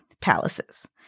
palaces